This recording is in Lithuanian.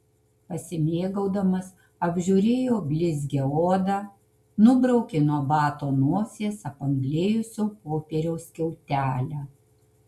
pasimėgaudamas apžiūrėjo blizgią odą nubraukė nuo bato nosies apanglėjusio popieriaus skiautelę